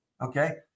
Okay